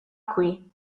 qui